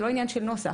זה לא עניין של נוסח,